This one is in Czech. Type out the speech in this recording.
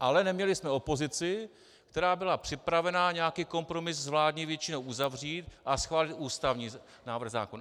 Ale neměli jsme opozici, která byla připravena nějaký kompromis s vládní většinou uzavřít a schválit ústavní návrh zákona.